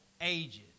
ages